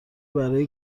برای